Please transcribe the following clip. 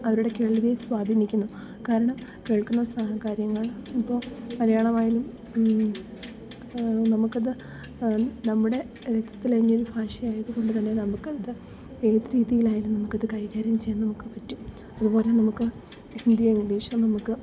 അവരുടെ കേൾവിയെ സ്വാധീനിക്കുന്നു കാരണം കേൾക്കുന്ന സഹകാര്യങ്ങൾ ഇപ്പം മലയാളമായാലും നമുക്ക് അത് നമ്മുടെ രക്തത്തിൽ അലിഞ്ഞൊരു ഭാഷയായതു കൊണ്ട് തന്നെ നമുക്ക് അത് ഏത് രീതിയിലായാലും നമുക്ക് അത് കൈകാര്യം ചെയ്യാൻ നമ്ക്ക് പറ്റും അതുപോലെ നമുക്ക് ഹിന്ദിയോ ഇംഗ്ലീഷോ നമുക്ക്